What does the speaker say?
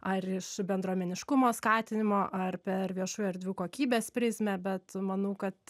ar iš bendruomeniškumo skatinimo ar per viešųjų erdvių kokybės prizmę bet manau kad